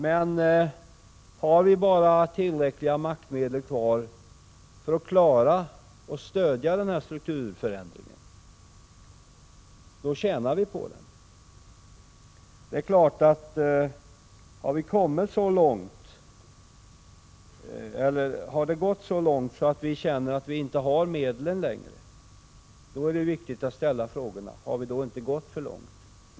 Men har vi bara tillräckliga maktmedel kvar för att klara av att stödja strukturförändringen tjänar vi på den. Om det har gått därhän att vi känner att vi inte längre har medlen, då är det givetvis viktigt att ställa frågan: Har vi inte gått för långt?